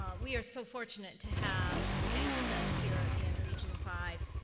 um we are so fortunate to have samhsa here in region five,